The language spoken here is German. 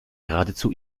geradezu